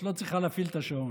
את לא צריכה להפעיל את השעון.